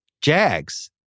Jags